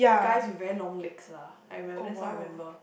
guys with very long legs lah I remembered that's I remember